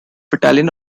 italian